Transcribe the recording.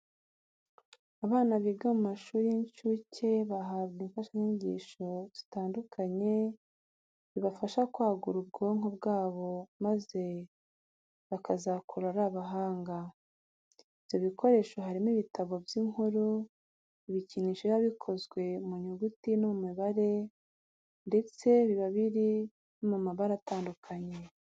Abana biga mu mashuri y'inshuke bahabwa imfashanyigisho zitandukanye zibafasha kwagura ubwonko bwabo maze bakazakura ari abahanga. Ibyo bikoresho harimo ibitabo by'inkuru, ibikinisho biba bikozwe mu nyuguti no mu mibare ndetse biba biri no mu mabara atandukanye.